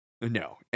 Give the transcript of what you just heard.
No